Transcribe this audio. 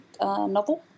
novel